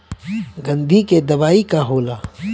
गंधी के दवाई का होला?